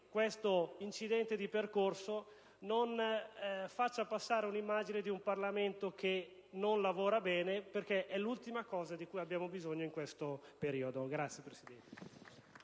questo incidente di percorso non faccia passare un'immagine di un Parlamento che non lavora bene, perché è l'ultima cosa di cui abbiamo bisogno in questo periodo. *(Applausi